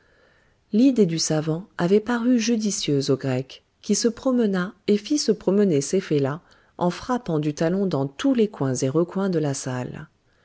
l'idée du savant avait paru judicieuse au grec qui se promena et fit se promener ses fellahs en frappant du talon dans tous les coins et recoins de la salle